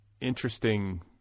interesting